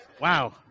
Wow